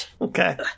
Okay